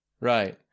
Right